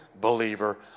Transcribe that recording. believer